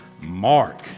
Mark